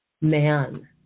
man